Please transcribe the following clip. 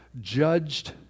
judged